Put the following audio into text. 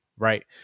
Right